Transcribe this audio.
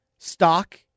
Stock